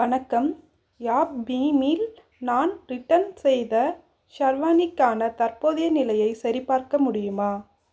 வணக்கம் யாப்பீமில் நான் ரிட்டர்ன் செய்த ஷெர்வானிக்கான தற்போதைய நிலையை சரிபார்க்க முடியுமா